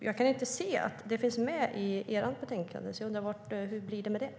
Jag kan inte se att det finns med i betänkandet, så jag undrar hur det blir med det.